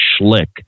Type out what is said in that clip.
Schlick